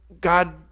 God